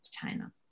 China